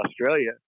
Australia